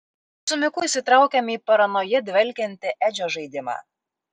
su miku įsitraukėme į paranoja dvelkiantį edžio žaidimą